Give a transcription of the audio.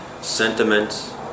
sentiments